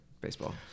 baseball